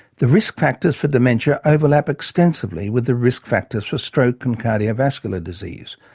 the risk factors for dementia overlap extensively with the risk factors for stroke and cardiovascular disease.